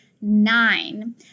nine